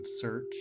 search